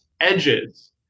edges